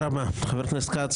חבר הכנסת כץ,